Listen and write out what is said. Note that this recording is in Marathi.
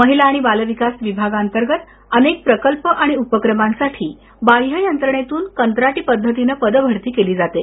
महिला आणि बालविकास विभागाअंतर्गत अनेक प्रकल्प उपक्रमांसाठी बाह्ययंत्रणेद्वारे कंत्राटी पद्धतीने पदभरती केली जाते